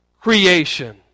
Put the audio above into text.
creation